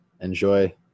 Enjoy